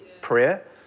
Prayer